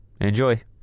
Enjoy